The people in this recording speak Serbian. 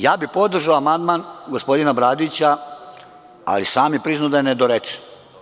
Ja bih podržao amandman gospodina Bradića, ali sam je priznao da je nedorečen.